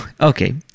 okay